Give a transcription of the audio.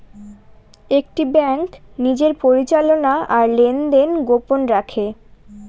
একটি ব্যাঙ্ক নিজের পরিচালনা আর লেনদেন গোপন রাখে